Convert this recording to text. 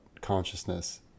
consciousness